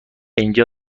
اینجا